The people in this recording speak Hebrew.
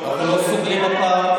אנחנו לא סוגרים הפעם